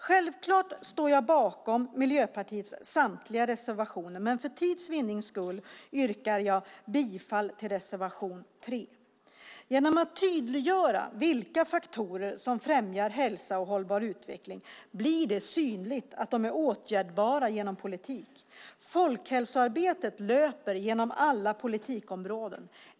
Självklart står jag bakom Miljöpartiets samtliga reservationer, men för tids vinnande yrkar jag bifall till reservation 3. Genom att tydliggöra vilka faktorer som främjar hälsa och hållbar utveckling blir det synligt att de kan åtgärdas med hjälp av politik. Folkhälsoarbetet löper genom alla politikområden.